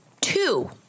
two